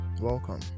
Welcome